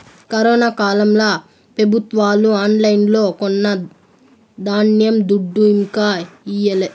corona కాలంల పెబుత్వాలు ఆన్లైన్లో కొన్న ధాన్యం దుడ్డు ఇంకా ఈయలే